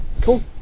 Cool